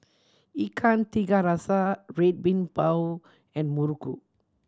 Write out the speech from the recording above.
Ikan Tiga Rasa Red Bean Bao and muruku